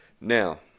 Now